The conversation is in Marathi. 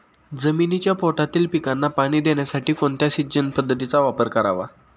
जमिनीच्या पोटातील पिकांना पाणी देण्यासाठी कोणत्या सिंचन पद्धतीचा वापर करावा?